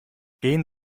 gehen